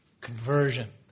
Conversion